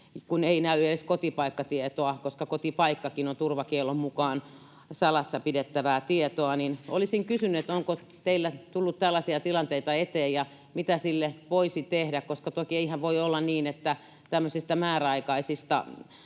kun ei näy edes kotipaikkatietoa, koska kotipaikkakin on turvakiellon mukaan salassa pidettävää tietoa. Olisin kysynyt, että onko teille tullut tällaisia tilanteita eteen ja mitä sille voisi tehdä, koska eihän toki voi olla niin, että tämmöisistä määräaikaisista